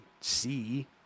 see